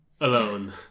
alone